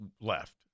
left